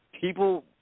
people